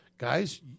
Guys